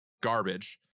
Garbage